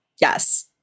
Yes